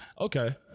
Okay